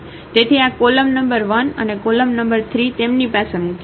તેથી આ column number 1 અને કોલમ નંબર 3 તેમની પાસે મુખ્ય છે